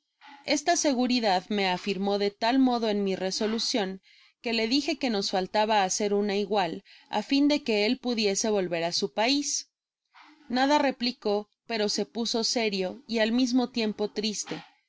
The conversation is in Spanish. esta seguridad me afirmó de tal modo en mi resolucion que le dije que nos fallaba hacer una igual á fin de que él pudiese volver á su pais nada replicó pero se puso sério y al mismo tiempo triste